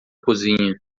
cozinha